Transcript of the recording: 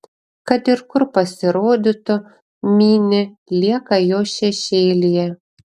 kad ir kur pasirodytų mini lieka jo šešėlyje